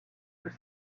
tout